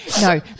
No